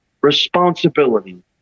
responsibility